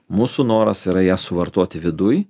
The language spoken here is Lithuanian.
mūsų noras yra ją suvartoti viduj